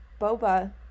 boba